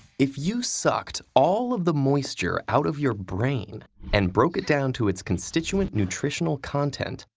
if you sucked all of the moisture out of your brain and broke it down to its constituent nutritional content,